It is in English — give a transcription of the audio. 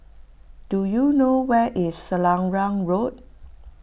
do you know where is Selarang Road